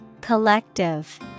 Collective